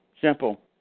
Simple